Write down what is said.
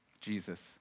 Jesus